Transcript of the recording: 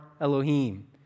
Elohim